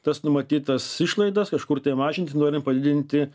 tas numatytas išlaidas kažkur tai mažinti norint padidinti